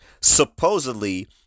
supposedly